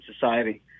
Society